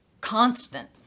constant